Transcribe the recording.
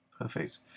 Perfect